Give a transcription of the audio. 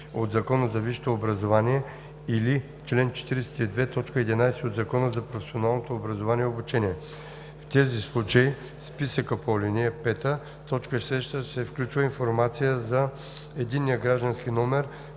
от Закона за висшето образование или чл. 42, т. 11 от Закона за професионалното образование и обучение. В тези случаи, в списъка по ал. 5, т. 6 се включва информация за единния граждански номер,